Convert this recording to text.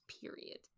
period